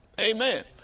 Amen